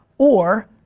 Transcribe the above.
or